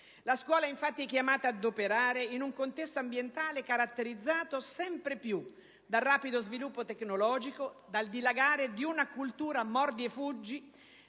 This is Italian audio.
La scuola è infatti chiamata ad operare in un contesto ambientale caratterizzato sempre più dal rapido sviluppo tecnologico, dal dilagare di una cultura "mordi e fuggi",